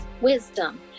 wisdom